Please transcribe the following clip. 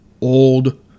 old